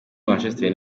manchester